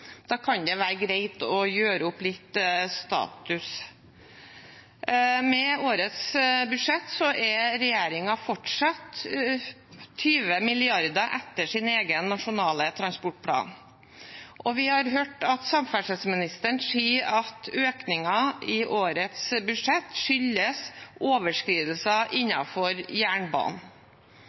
Da kan det være greit å gjøre opp status. Med årets budsjett er regjeringen fortsatt 20 mrd. kr etter sin egen nasjonale transportplan, og vi har hørt samferdselsministeren si at økningen i årets budsjett skyldes overskridelser innenfor jernbanen.